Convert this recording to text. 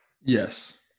Yes